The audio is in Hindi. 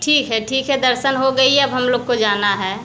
ठीक है ठीक है दर्शन हो गए है अब हम लोग को जाना है